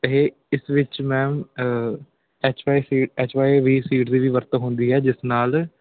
ਇਹ ਇਸ ਵਿੱਚ ਮੈਮ H Y seed H Y V seed ਦੀ ਵੀ ਵਰਤੋਂ ਹੁੰਦੀ ਹੈ ਜਿਸ ਨਾਲ